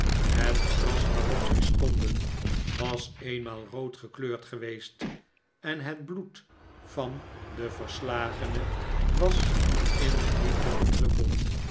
het gras waarop zij stonden was eenmaal rood gekleurd geweest en het bloed van den verslagene was in de diepte gedruppeld